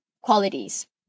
qualities